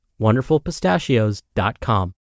WonderfulPistachios.com